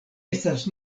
estas